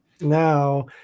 Now